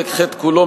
פרק ח' כולו,